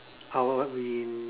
I will be in